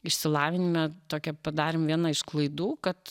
išsilavinime tokią padarėm vieną iš klaidų kad